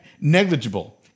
negligible